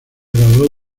graduó